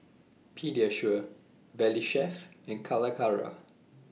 Pediasure Valley Chef and Calacara